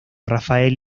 rafael